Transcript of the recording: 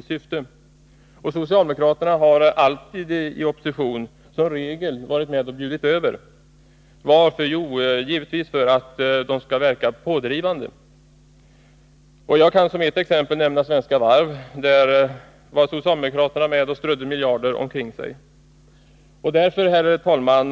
I riksdagen har socialdemokraterna i opposition som regel bjudit över. Varför? Jo, givetvis för att de vill verka pådrivande. Jag kan som ett exempel på detta nämna debatten om Svenska Varv, där socialdemokraterna var med och strödde miljarder omkring sig. Mot den bakgrunden är det, herr talman,